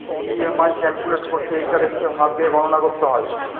EMI calculate করতে ইন্টারেস্টের হার দিয়ে গণনা করতে হয়